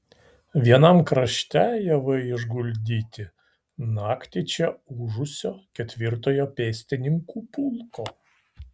vienam krašte javai išguldyti naktį čia ūžusio ketvirtojo pėstininkų pulko